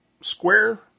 square